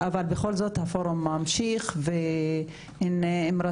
אבל בכל זאת הפורום ממשיך עם רצון